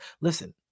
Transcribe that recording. listen